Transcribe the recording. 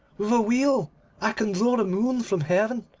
with a wheel i can draw the moon from heaven,